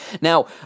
now